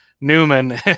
Newman